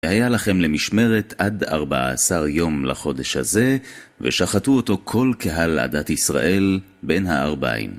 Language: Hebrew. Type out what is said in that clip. היה לכם למשמרת עד 14 יום לחודש הזה, ושחטו אותו כל קהל עדת ישראל בין הערביים.